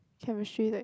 chemistry